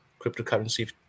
cryptocurrency